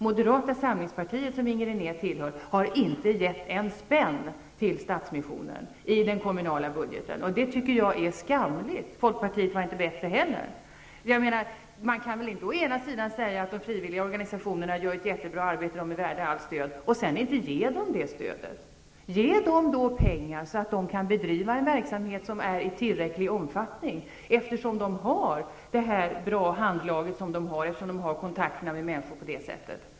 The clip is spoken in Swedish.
Moderata samlingspartiet, som Inger René tillhör, har inte gett en spänn till Stadsmissionen i den kommunala budgeten. Det tycker jag är skamligt. Folkpartiet var inte bättre. Man kan väl inte säga att de frivilliga organisationerna gör ett jättebra arbete och att de är värda allt stöd och sedan inte ge dem det stödet! Ge dem då pengar så att de kan bedriva en verksamhet av tillräcklig omfattning, eftersom de har ett så bra handlag som de har och eftersom de har de kontakter med människor som de har.